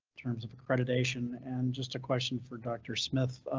terms of accreditation an just a question for dr smith.